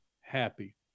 happy